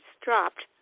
dropped